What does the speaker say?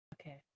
Okay